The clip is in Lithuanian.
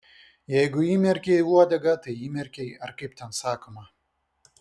jeigu įmerkei uodegą tai įmerkei ar kaip ten sakoma